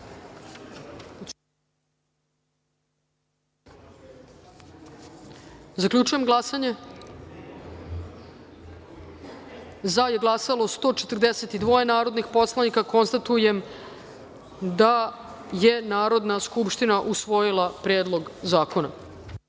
izjasnite. Zaključujem glasanje: za je glasalo 143 narodna poslanika. Konstatujem da je Narodna skupština prihvatila Predlog zakona